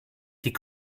die